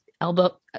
elbow